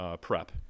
prep